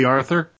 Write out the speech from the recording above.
Arthur